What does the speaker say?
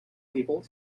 people